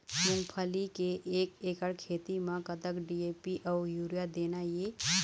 मूंगफली के एक एकड़ खेती म कतक डी.ए.पी अउ यूरिया देना ये?